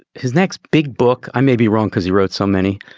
his next big book, i may be wrong because he wrote so many,